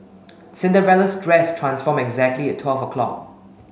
Cinderella's dress transformed exactly at twelve o'clock